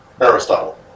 Aristotle